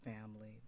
family